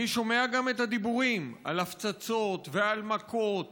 אני שומע גם את הדיבורים על הפצצות ועל מכות